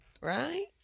Right